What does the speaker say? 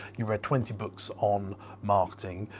you read twenty books on marketing,